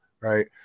right